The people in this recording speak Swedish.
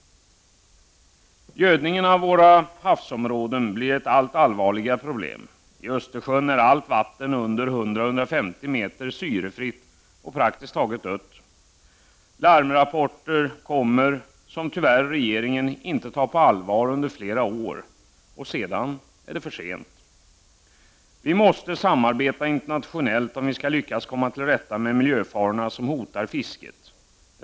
Gödningen av våra havsområden blir ett allt allvarligare problem. I Östersjön är allt vatten under 100-150 meter syrefritt och praktiskt taget dött. Larmrapporter har kommit under flera år. Tyvärr tar regeringen inte dem på allvar, och sedan är det för sent. Vi måste samarbeta internationellt, om vi skall lyckas komma till rätta med miljöfarorna som hotar fisket.